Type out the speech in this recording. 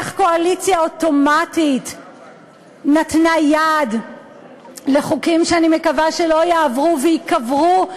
איך קואליציה אוטומטית נתנה יד לחוקים שאני מקווה שלא יעברו וייקברו,